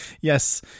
yes